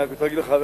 אני רוצה להגיד לך,